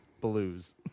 blues